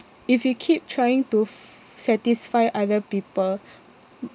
if you keep trying to f~ satisfy other people